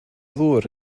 ddŵr